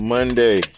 Monday